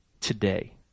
today